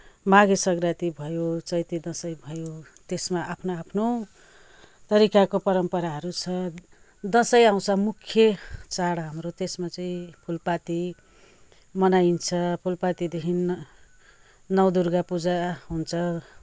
माघे सङ्क्रान्ति भयो चैते दसैँ भयो त्यसमा आफ्नो आफ्नो तरिकाको परम्पराहरू छ दसैँ आउँछ मुख्य चाड हाम्रो त्यसमा चाहिँ फुलपाती मनाइन्छ फुलपातीदेखि नौ दुर्गा पूजा हुन्छ